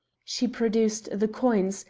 she produced the coins,